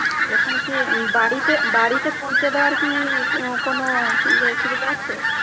এখানে কি বাড়িতে বাড়িতে পৌঁছে দেওয়ার কি কোনও ইয়ে সুবিধা আছে